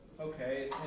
Okay